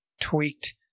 tweaked